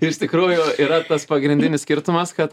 iš tikrųjų yra tas pagrindinis skirtumas kad